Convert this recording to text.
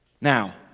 Now